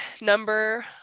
number